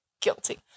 Guilty